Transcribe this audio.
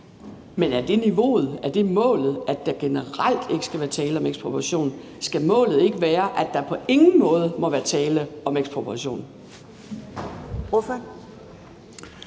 Er det målet, at der generelt ikke skal være tale om ekspropriation? Skal målet ikke være, at der på ingen måde må være tale om ekspropriation?